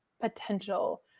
potential